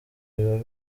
biba